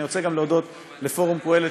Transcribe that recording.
ואני רוצה להודות גם לפורום "קהלת",